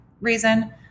reason